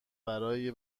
برای